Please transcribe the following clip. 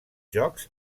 jocs